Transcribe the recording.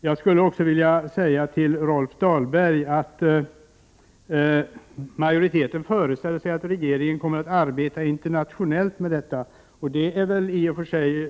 Till Rolf Dahlberg vill jag säga att majoriteten föreställer sig att regeringen kommer att arbeta internationellt med denna fråga, vilket i och för sig är bra.